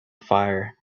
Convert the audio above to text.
fire